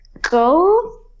go